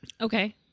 Okay